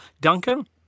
Duncan